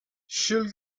she’ll